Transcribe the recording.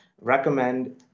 recommend